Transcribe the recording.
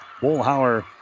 Bullhauer